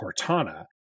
Cortana